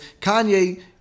Kanye